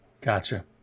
Gotcha